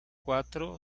cuatro